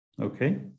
okay